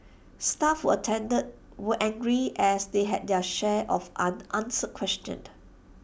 staff who attended were angry as they had their share of unanswered questions